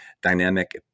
dynamic